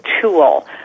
tool